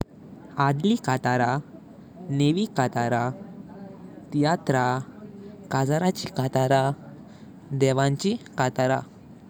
Resume बरोवचा पैली एक लिस्ट करपाची जे तुवें केला, शिकला आनी काम केल्या। ही लिस्ट एक सर्खे फॉर्मातिन बरोवों एक रेझ्यूमे तयार जातां।